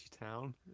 town